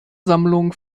sammlungen